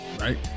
right